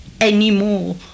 anymore